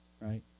right